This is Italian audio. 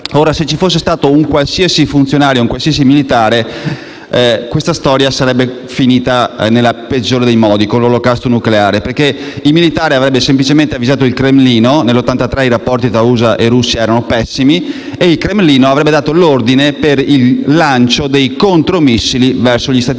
Ora, se ci fosse stato un qualsiasi funzionario, qualsiasi militare, questa storia sarebbe finita nel peggiore dei modi con l'olocausto nucleare perché il militare avrebbe semplicemente avvisato il Cremlino - nel 1983 i rapporti tra USA e Russia erano pessimi - e il Cremlino avrebbe dato l'ordine per il lancio dei contro missili verso gli Stati Uniti